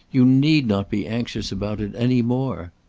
you need not be anxious about it any more.